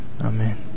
amen